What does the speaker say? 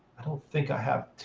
i don't think i have